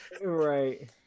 Right